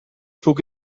took